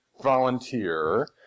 volunteer